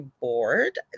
board